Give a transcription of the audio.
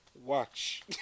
Watch